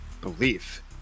Belief